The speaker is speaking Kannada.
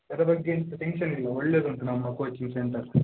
ಅದರ ಬಗ್ಗೆ ಎಂತ ಟೆನ್ಶನ್ ಇಲ್ಲ ಒಳ್ಳೇದು ಉಂಟು ನಮ್ಮ ಕೋಚಿಂಗ್ ಸೆಂಟರ್